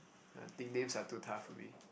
uh nicknames are too tough for me